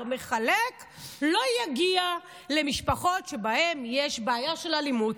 מחלק לא יגיע למשפחות שבהן יש בעיה של אלימות.